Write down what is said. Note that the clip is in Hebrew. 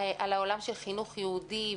על העולם של חינוך יהודי,